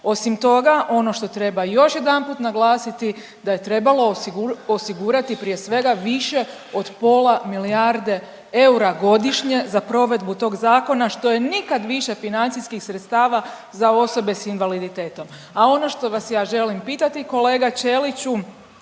Osim toga ono što treba još jedanput naglasiti da je trebalo osigurati prije svega više od pola milijarde eura godišnje za provedbu tog zakona što je nikad više financijskih sredstava za osobe s invaliditetom. A ono što vas ja želim pitati kolega Ćeliću